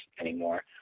anymore